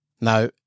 Now